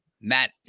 Matt